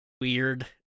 weird